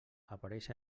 apareix